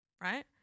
right